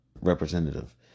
representative